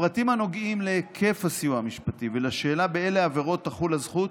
הפרטים הנוגעים להיקף הסיוע המשפטי ולשאלה באילו עבירות תחול הזכות